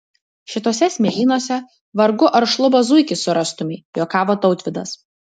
šituose smėlynuose vargu ar šlubą zuikį surastumei juokavo tautvydas